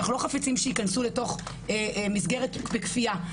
אנחנו לא חפצים שייכנסו לתוך מסגרת בכפייה.